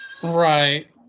Right